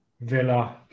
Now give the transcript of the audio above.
Villa